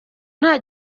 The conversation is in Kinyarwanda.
nta